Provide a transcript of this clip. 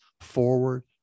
forward